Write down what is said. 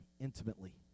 intimately